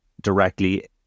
directly